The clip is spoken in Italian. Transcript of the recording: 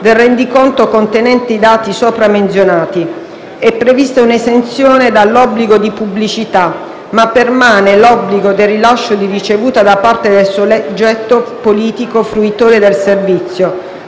del rendiconto contenente i dati sopra menzionati. È prevista un'esenzione dall'obbligo di pubblicità, ma permane l'obbligo del rilascio di ricevuta da parte del soggetto politico fruitore del servizio